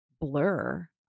blur